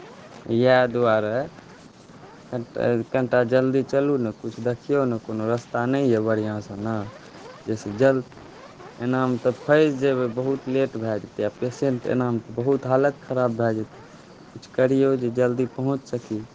इएह दुआरे कनिटा जल्दी चलू ने कुछ देखियौ ने कोनो रास्ता नहि यए बढ़िआँ सनक जाहिसँ जल्दी एनामे तऽ फँसि जेबै बहुत लेट भए जेतै पेशेंट एनामे तऽ बहुत हालत ख़राब भए जेतै कुछ करियौ जे जल्दी पहुँच सकी